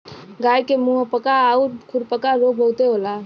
गाय के मुंहपका आउर खुरपका रोग बहुते होला